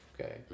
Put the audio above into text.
okay